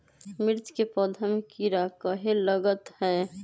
मिर्च के पौधा में किरा कहे लगतहै?